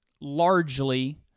largely